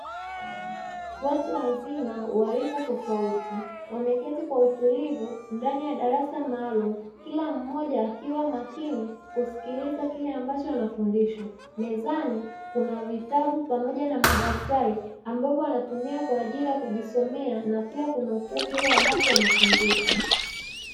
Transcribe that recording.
Watu wazima wa rika tofauti wameketi kwa utulivu ndani ya darasa maalumu, kila mmoja akiwa makini kusikiliza kile ambacho anafundishwa. Mezani kuna vitabu pamoja na madaftari ambavyo wanatumia kwa ajili ya kujisomea na pia kunukuu kile wanachofundishwa.